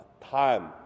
time